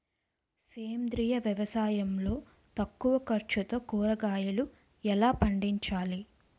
సేంద్రీయ వ్యవసాయం లో తక్కువ ఖర్చుతో కూరగాయలు ఎలా పండించాలి?